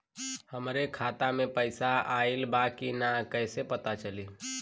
हमरे खाता में पैसा ऑइल बा कि ना कैसे पता चली?